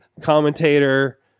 commentator